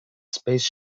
space